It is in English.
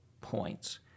points